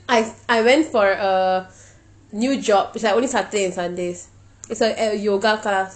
I I went for a new job is like only saturday and sundays it's uh at a yoga class